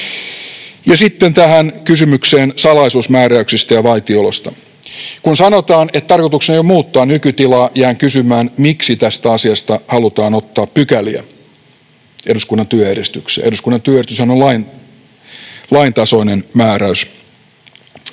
Ja sitten tähän kysymykseen salaisuusmääräyksistä ja vaitiolosta: Kun sanotaan, että tarkoituksena ei ole muuttaa nykytilaa, jään kysymään, miksi tästä asiasta halutaan ottaa pykäliä eduskunnan työjärjestykseen. Eduskunnan työjärjestyshän on lain tasoinen määräys.